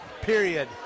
period